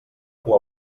cua